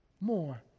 more